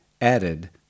added